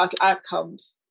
outcomes